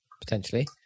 potentially